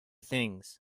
things